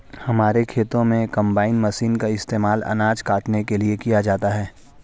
हमारे खेतों में कंबाइन मशीन का इस्तेमाल अनाज काटने के लिए किया जाता है